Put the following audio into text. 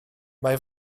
mae